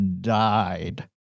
died